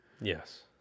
Yes